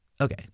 Okay